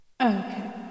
Okay